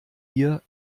hier